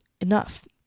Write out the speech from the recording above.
enough